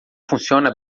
funciona